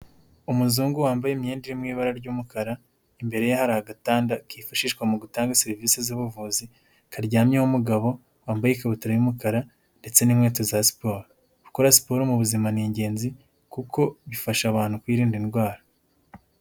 umuzungu wambaye imyenda iri mu ibara ry'umukara imbere ye hari agatanda kifashishwa mu gutanga serivisi z'ubuvuzi karyamyeho umugabo wambaye ikabutura y'umukara ndetse n'inkwete za siporo gukora siporo mu buzima ni ingenzi kuko bifasha abantu kwirinda indwara.